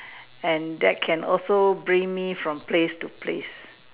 and that can also bring me from place to place